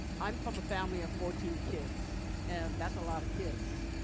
i'm from a family of fourteen kids and that's a lot of kids.